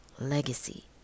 legacy